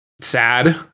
sad